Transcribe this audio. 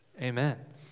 Amen